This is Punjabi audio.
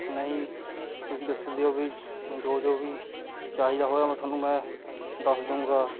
ਨਹੀਂ ਤੁਸੀਂ ਦੱਸ ਦਿਉ ਵੀ ਹੁੰ ਜੋ ਜੋ ਵੀ ਚਾਹੀਦਾ ਹੋਇਆ ਮੈਂ ਤੁਹਾਨੂੰ ਮੈਂ ਦੱਸ ਦਊਂਗਾ